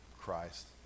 Christ